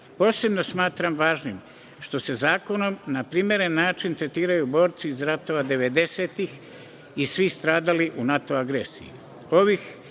ranjeni. Posebno smatram važnim što se zakonom na primeren način tretiraju borci iz ratova 90-tih i svi stradali u NATO agresiji.